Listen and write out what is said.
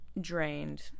drained